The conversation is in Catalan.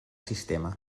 sistema